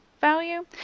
value